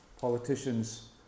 politicians